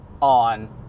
on